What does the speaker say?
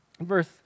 verse